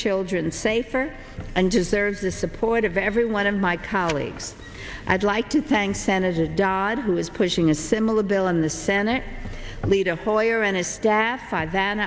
children safer and deserves the support of every one of my colleagues i'd like to thank senator dodd who is pushing a similar bill in the senate leader hoyer and his staff side th